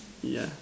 yeah